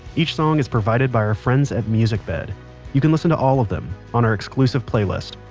each song is provided by our friends at musicbed. you can listen to all of them on our exclusive playlist.